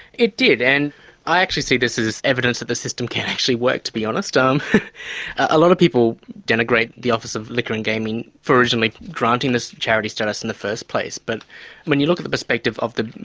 it did, and i actually see this as evidence that the system can actually work, to be honest. um a lot of people denigrate the office of liqueur and gaming for originally granting this charity status in the first place, but when you look at the perspective of the,